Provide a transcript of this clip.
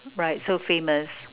right so famous